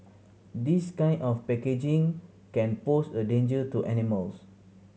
this kind of packaging can pose a danger to animals